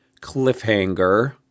cliffhanger